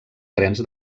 trens